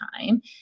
time